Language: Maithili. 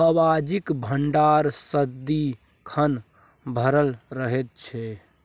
बाबाजीक भंडार सदिखन भरल रहैत छै